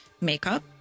makeup